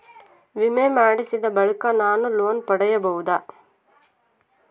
ವಿಮೆ ಮಾಡಿಸಿದ ಬಳಿಕ ನಾನು ಲೋನ್ ಪಡೆಯಬಹುದಾ?